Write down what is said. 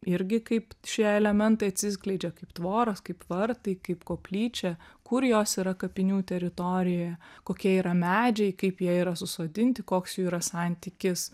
irgi kaip šie elementai atsiskleidžia kaip tvoros kaip vartai kaip koplyčia kur jos yra kapinių teritorijoje kokie yra medžiai kaip jie yra susodinti koks jų yra santykis